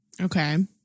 Okay